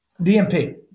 DMP